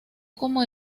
como